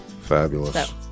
Fabulous